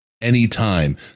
anytime